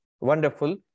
wonderful